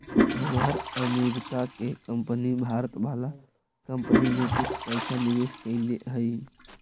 हमार अमरीका के कंपनी भारत वाला कंपनी में कुछ पइसा निवेश कैले हइ